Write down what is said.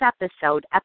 episode